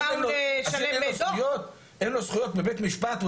אין לו זכויות בבית משפט?